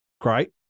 Great